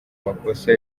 makosa